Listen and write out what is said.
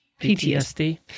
PTSD